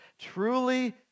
Truly